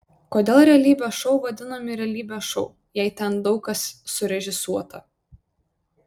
kodėl realybės šou vadinami realybės šou jei ten daug kas surežisuota